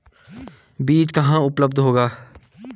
बीज कहाँ उपलब्ध होगा?